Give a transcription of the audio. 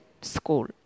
school